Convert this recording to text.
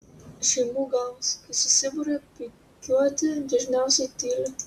šeimų galvos kai susiburia pypkiuoti dažniausiai tyli